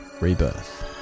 Rebirth